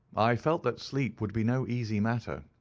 i felt that sleep would be no easy matter,